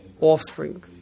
offspring